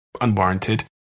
unwarranted